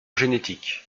génétique